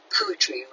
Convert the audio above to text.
poetry